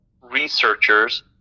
researchers